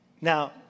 Now